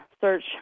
search